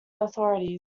authorities